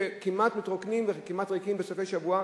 כמעט מתרוקנות וכמעט ריקות בסופי-שבוע,